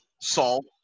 salt